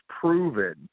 proven